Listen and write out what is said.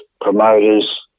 promoters